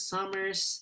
Summers